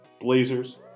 Blazers